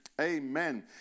Amen